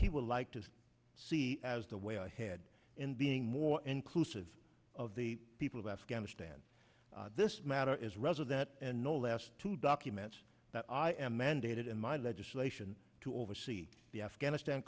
he would like to see as the way ahead and being more inclusive of the people of afghanistan this matter is resident and no less to document that i am mandated in my legislation to oversee the afghanistan